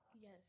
Yes